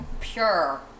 pure